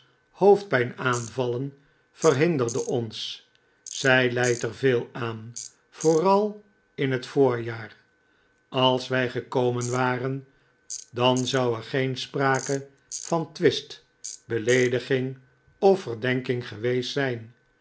hoofdpijn aanvallen verhinderde ons zij lijdt er veel aan vooral in het voorjaar als wij gekomen waren dan zou er geeu sprake van twist beleediging of verdenking geweest zijn